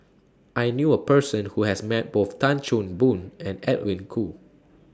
I knew A Person Who has Met Both Tan Chan Boon and Edwin Koo